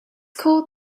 called